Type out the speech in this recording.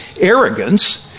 arrogance